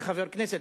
כחבר הכנסת,